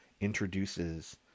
introduces